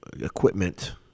equipment